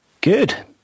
good